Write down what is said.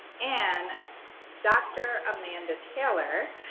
and dr. amanda taylor,